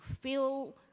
feel